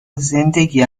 زندگی